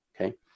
okay